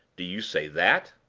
do you say that?